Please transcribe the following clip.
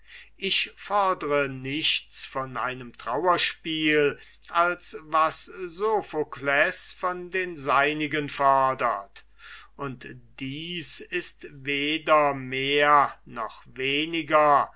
ich fordre nichts von einem trauerspiele als was sophokles von den seinigen fodert und dies ist weder mehr noch weniger